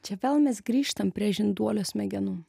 čia vėl mes grįžtam prie žinduolio smegenų